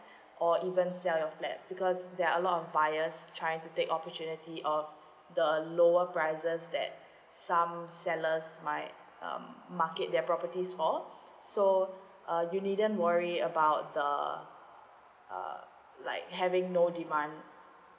or even sell your flat because there are a lot of buyers trying to take opportunity of the lower prices that some sellers might um market their properties for so uh you needn't worry about the uh like having no demand